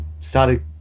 started